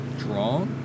draw